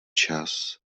čas